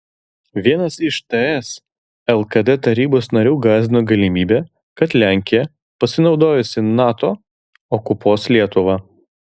vienas iš ts lkd tarybos narių gąsdino galimybe kad lenkija pasinaudojusi nato okupuos lietuvą